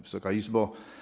Wysoka Izbo!